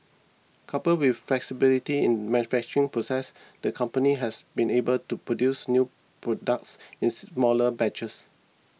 coupled with flexibility in manufacturing process the company has been able to produce new products in smaller batches